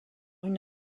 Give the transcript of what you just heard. une